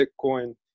bitcoin